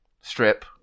Strip